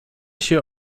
się